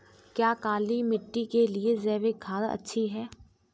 क्या काली मिट्टी के लिए जैविक खाद अच्छी है?